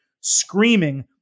screaming